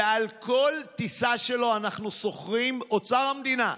ועל כל טיסה שלו אנחנו שוכרים, אוצר המדינה,